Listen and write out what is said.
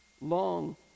Long